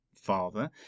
father